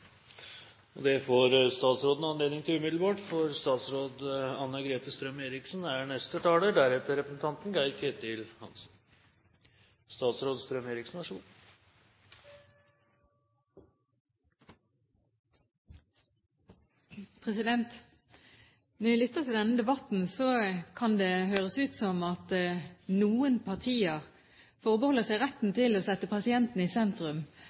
Og det får statsråden anledning til umiddelbart, for statsråd Anne-Grete Strøm-Erichsen er neste taler. Når jeg lytter til denne debatten, kan det høres ut som at noen partier forbeholder seg retten til å sette pasienten i sentrum,